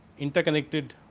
interconnected